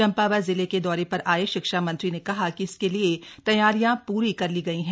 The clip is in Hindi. चंपावत जिले के दौरे पर आए शिक्षा मंत्री ने कहा कि इसके लिए तैयारियां प्री कर ली गई हैं